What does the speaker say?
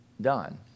done